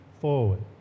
forward